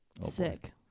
Sick